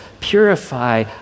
purify